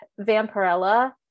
vampirella